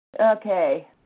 okay